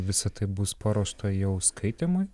visa tai bus paruošta jau skaitymui